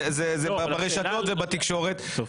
זה ברשתות ובתקשורת.